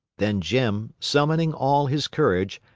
then jim, summoning all his courage,